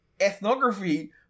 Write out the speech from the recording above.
ethnography